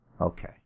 Okay